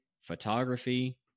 photography